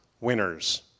winners